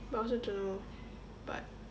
but I also don't know but